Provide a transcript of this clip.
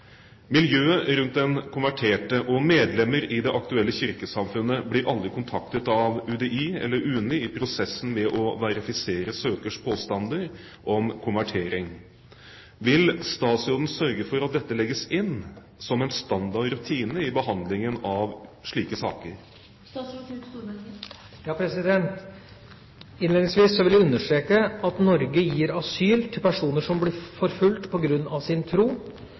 Miljøet rundt den konverterte og medlemmer i det aktuelle kirkesamfunnet blir aldri kontaktet av UDI/UNE i prosessen med å verifisere søkers påstander om konvertering. Vil statsråden sørge for at dette legges inn som en standard rutine i behandlingen av slike saker?» Innledningsvis vil jeg understreke at Norge gir asyl til personer som blir forfulgt på grunn av sin tro,